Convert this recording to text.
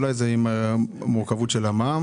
אולי זה עם המורכבות של המע"מ,